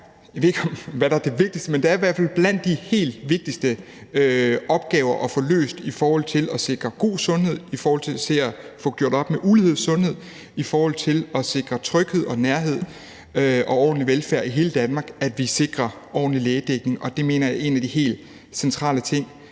Jeg ved ikke, hvad der er det vigtigste, men det at sikre ordentlig lægedækning er i hvert fald blandt de allervigtigste opgaver at få løst i forhold til at sikre god sundhed, i forhold til at få gjort op med ulighed i sundhed og i forhold til at sikre tryghed og nærhed og ordentlig velfærd i hele Danmark. Jeg mener, det er en af de helt centrale ting